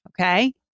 Okay